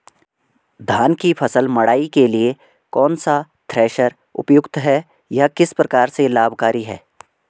धान की फसल मड़ाई के लिए कौन सा थ्रेशर उपयुक्त है यह किस प्रकार से लाभकारी है?